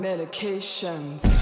Medications